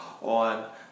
on